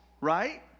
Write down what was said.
right